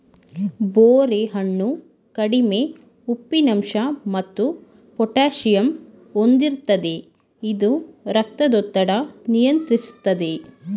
ಬೋರೆ ಹಣ್ಣು ಕಡಿಮೆ ಉಪ್ಪಿನಂಶ ಮತ್ತು ಪೊಟ್ಯಾಸಿಯಮ್ ಹೊಂದಿರ್ತದೆ ಇದು ರಕ್ತದೊತ್ತಡ ನಿಯಂತ್ರಿಸ್ತದೆ